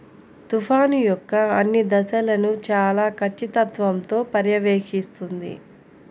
తుఫాను యొక్క అన్ని దశలను చాలా ఖచ్చితత్వంతో పర్యవేక్షిస్తుంది